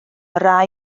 rai